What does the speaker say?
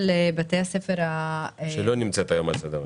שלא נמצאת היום על סדר היום.